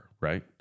right